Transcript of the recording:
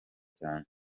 cyanjye